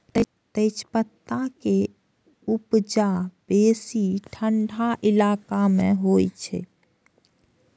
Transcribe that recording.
तेजपत्ता के उपजा बेसी ठंढा इलाका मे होइ छै